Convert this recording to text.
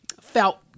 felt